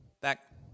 Back